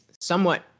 somewhat